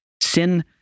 Sin